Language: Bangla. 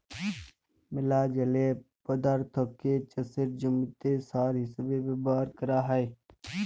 ম্যালা জলীয় পদাথ্থকে চাষের জমিতে সার হিসেবে ব্যাভার ক্যরা হ্যয়